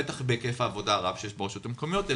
בטח בהיקף העבודה הרב שיש ברשויות המקומיות,